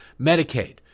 Medicaid